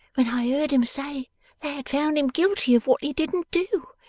when i heard em say they had found him guilty of what he didn't do,